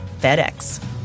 FedEx